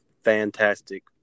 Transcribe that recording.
fantastic